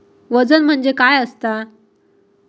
वजन म्हणजे काय असता?